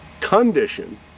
condition